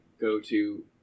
Go-to